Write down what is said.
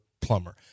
plumber